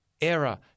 error